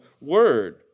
word